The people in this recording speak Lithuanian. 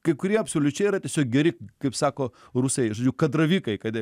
kai kurie absoliučiai yra tiesiog geri kaip sako rusai žodžiu kadravikai kad